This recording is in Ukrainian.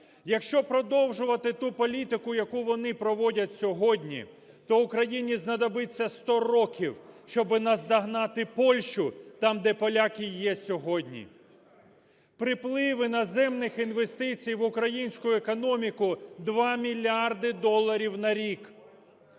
Якщо продовжувати ту політику, яку вони проводять сьогодні, то Україні знадобиться 100 років, щоби наздогнати Польщу там, де поляки є сьогодні. Приплив іноземних інвестицій в українську економіку - 2 мільярди доларів на рік.